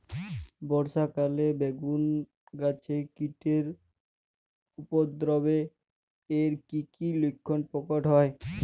বর্ষা কালে বেগুন গাছে কীটের উপদ্রবে এর কী কী লক্ষণ প্রকট হয়?